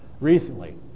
recently